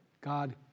God